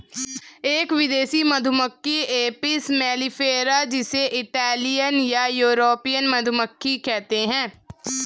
एक विदेशी मधुमक्खी एपिस मेलिफेरा जिसे इटालियन या यूरोपियन मधुमक्खी कहते है